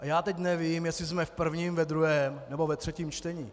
A já teď nevím, jestli jsme v prvním, ve druhém nebo ve třetím čtení.